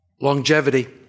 Longevity